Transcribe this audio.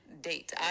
date